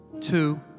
two